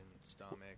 stomach